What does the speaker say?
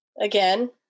Again